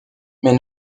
mais